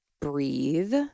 breathe